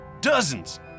Dozens